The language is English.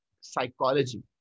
psychology